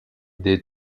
des